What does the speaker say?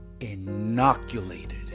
inoculated